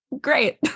great